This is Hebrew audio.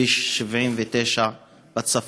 בכביש 79 בצפון